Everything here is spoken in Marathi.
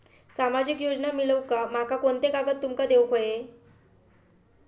सामाजिक योजना मिलवूक माका कोनते कागद तुमका देऊक व्हये?